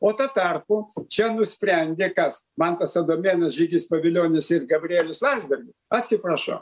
o tuo tarpu čia nusprendė kas mantas adomėnas žygis pavilionis ir gabrielius landsbergis atsiprašau